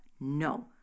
No